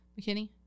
McKinney